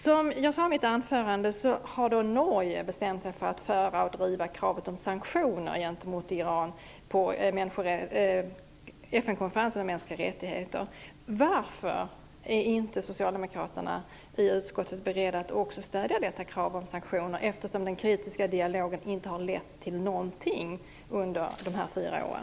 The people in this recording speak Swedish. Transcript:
Som jag sade i mitt anförande har Norge bestämt sig för att föra fram och driva kravet om sanktioner gentemot Iran på FN konferensen om mänskliga rättigheter. Varför är inte socialdemokraterna i utskottet beredda att också stödja detta krav på sanktioner, eftersom den kritiska dialogen inte har lett till någonting under de här fyra åren?